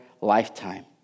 lifetime